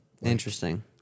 Interesting